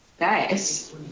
Nice